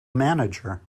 manager